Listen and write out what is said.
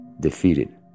defeated